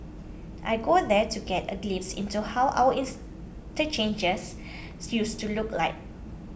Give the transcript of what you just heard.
I go there to get a glimpse into how our used to look like